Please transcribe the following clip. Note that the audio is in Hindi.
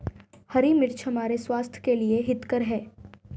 हरी मिर्च हमारे स्वास्थ्य के लिए हितकर हैं